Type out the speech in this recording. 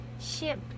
Ship